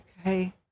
Okay